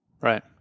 Right